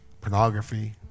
pornography